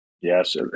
yes